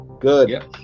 Good